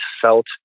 felt